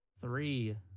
Three